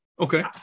Okay